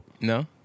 No